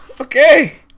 okay